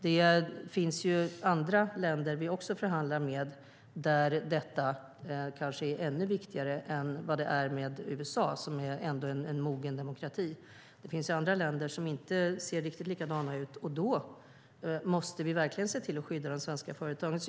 Det finns andra länder som vi förhandlar med där detta kanske är ännu viktigare än vad det är med USA, som ändå är en mogen demokrati. Det finns länder som inte ser riktigt likadana ut, och då måste vi verkligen se till att skydda de svenska företagen.